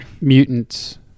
Mutants